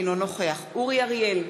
אינו נוכח אורי אריאל,